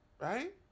Right